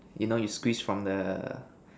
you know you squeeze from the